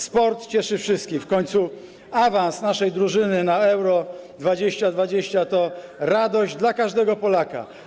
Sport cieszy wszystkich, w końcu awans naszej drużyny na Euro 2020 to radość dla każdego Polaka.